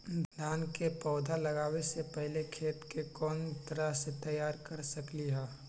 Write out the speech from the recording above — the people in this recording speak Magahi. धान के पौधा लगाबे से पहिले खेत के कोन तरह से तैयार कर सकली ह?